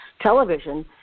television